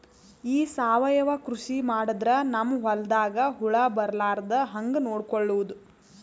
ಈ ಸಾವಯವ ಕೃಷಿ ಮಾಡದ್ರ ನಮ್ ಹೊಲ್ದಾಗ ಹುಳ ಬರಲಾರದ ಹಂಗ್ ನೋಡಿಕೊಳ್ಳುವುದ?